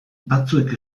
batzuek